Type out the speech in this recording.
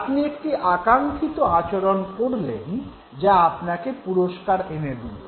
আপনি একটি আকাঙ্ক্ষিত আচরণ করলেন যা আপনাকে পুরস্কার এনে দিল